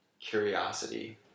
curiosity